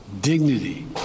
dignity